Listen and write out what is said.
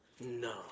no